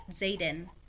Zayden